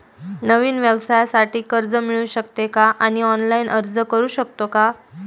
नवीन व्यवसायासाठी कर्ज मिळू शकते का आणि ऑनलाइन अर्ज करू शकतो का?